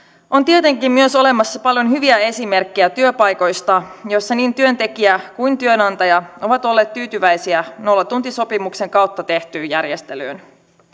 on tietenkin olemassa myös paljon hyviä esimerkkejä työpaikoista joissa niin työntekijä kuin työnantaja ovat olleet tyytyväisiä nollatuntisopimuksen kautta tehtyyn järjestelyyn